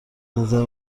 نظر